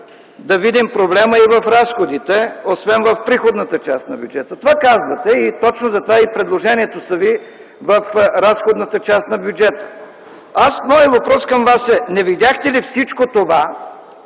да видим проблема и в разходите, освен в приходната част на бюджета. Това казвате и точно затова предложенията са Ви в разходната част на бюджета. Моят въпрос към Вас е: не видяхте ли всичко това